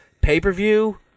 pay-per-view